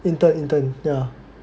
intern intern ya